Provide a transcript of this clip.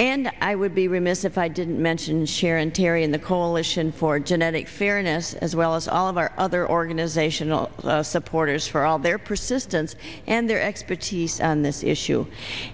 and i would be remiss if i didn't mention sharon terry and the coalition for genetic fairness as well as all of our other organizational supporters for all their persistence and their expertise on this issue